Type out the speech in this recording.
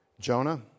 Jonah